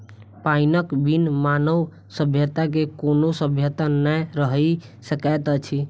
पाइनक बिन मानव सभ्यता के कोनो सभ्यता नै रहि सकैत अछि